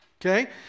Okay